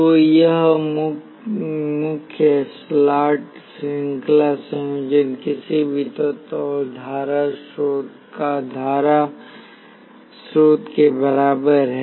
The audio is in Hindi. तो यह मुख्य स्लॉट श्रृंखला संयोजन किसी भी तत्व और धारा स्रोत का धारा स्रोत के बराबर है